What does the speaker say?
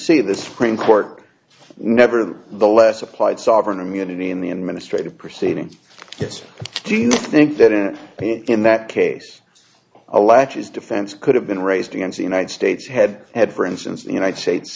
c the supreme court never the less applied sovereign immunity in the administrative proceedings it's do you think that in in that case a latches defense could have been raised against the united states had had for instance the united states